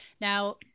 Now